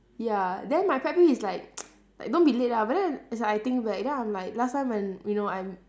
ya then my family is like like don't be late ah but then as I think back then I'm like last time when you know I'm